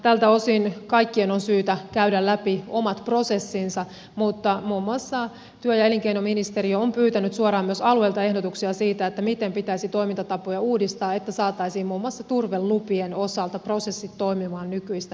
tältä osin kaikkien on syytä käydä läpi omat prosessinsa mutta muun muassa työ ja elinkeinoministeriö on pyytänyt suoraan myös alueilta ehdotuksia siitä miten pitäisi toimintatapoja uudistaa että saataisiin muun muassa turvelupien osalta prosessit toimimaan nykyistä nopeammin